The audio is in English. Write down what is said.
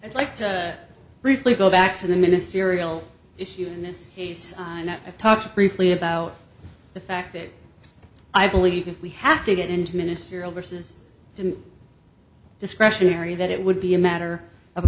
it like to briefly go back to the ministerial issue in this case i've talked briefly about the fact that i believe if we have to get into ministerial versus discretionary that it would be a matter of a